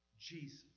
Jesus